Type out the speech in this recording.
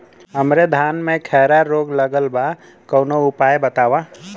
हमरे धान में खैरा रोग लगल बा कवनो उपाय बतावा?